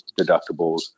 deductibles